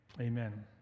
Amen